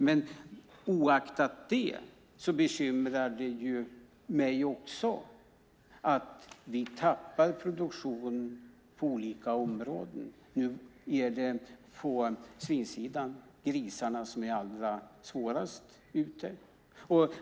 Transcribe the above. Men oaktat det bekymrar det också mig att vi tappar produktion på olika områden. Nu är det grisarna som är allra svårast ute.